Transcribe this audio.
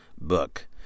book